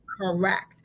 Correct